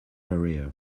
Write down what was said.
area